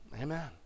Amen